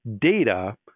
data